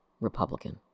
Republican